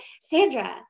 Sandra